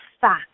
fact